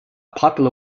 popular